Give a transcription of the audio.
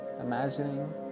imagining